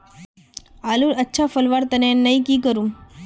आलूर अच्छा फलवार तने नई की करूम?